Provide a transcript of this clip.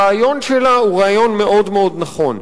הרעיון שלה הוא רעיון מאוד מאוד נכון,